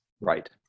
Right